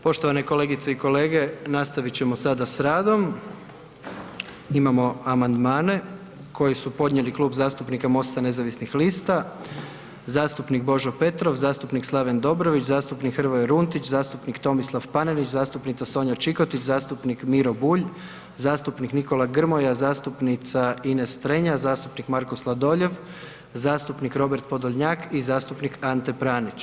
Poštovane kolegice i kolege, nastavit ćemo sada s radom, imamo amandmane koji su podnijeli Klub zastupnika MOST-a nezavisnih lista, zastupnik Božo Petrov, zastupnik Slaven Dobrović, zastupnik Hrvoje Runtić, zastupnik Tomislav Panenić, zastupnica Sonja Čikotić, zastupnik Miro Bulj, zastupnik Nikola Grmoja, zastupnica Ines Strenja, zastupnik Marko Sladoljev, zastupnik Robert Podolnjak i zastupnik Ante Pranić.